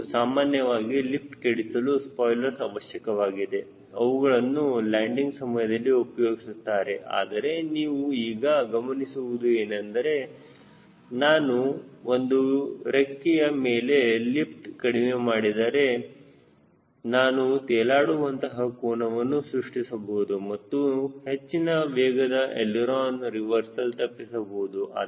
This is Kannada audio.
ಹೌದು ಸಾಮಾನ್ಯವಾಗಿ ಲಿಫ್ಟ್ ಕೆಡಿಸಲು ಸ್ಪಾಯ್ಲರ್ಸ್ ಅವಶ್ಯಕವಾಗಿವೆ ಅವುಗಳನ್ನು ಲ್ಯಾಂಡಿಂಗ್ ಸಮಯದಲ್ಲಿ ಉಪಯೋಗಿಸುತ್ತಾರೆ ಆದರೆ ನೀವು ಈಗ ಗಮನಿಸಬಹುದು ಏನೆಂದರೆ ನಾನು ಒಂದು ರೆಕ್ಕೆಯ ಮೇಲೆ ಲಿಫ್ಟ್ ಕಡಿಮೆ ಮಾಡಿದರೆ ನಾನು ತೇಲಾಡುವಂತ ಕೋನವನ್ನು ಸೃಷ್ಟಿಸಬಹುದು ಮತ್ತು ಹೆಚ್ಚಿನ ವೇಗದ ಎಳಿರೋನ ರಿವರ್ಸಲ್ ತಪ್ಪಿಸಬಹುದು